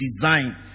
design